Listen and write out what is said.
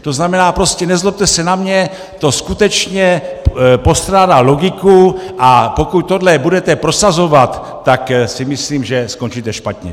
To znamená prostě, nezlobte se na mě, to skutečně postrádá logiku, a pokud tohle budete prosazovat, tak si myslím, že skončíte špatně.